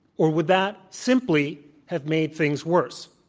or would that simply have made things worse?